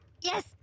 yes